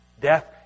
Death